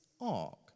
ark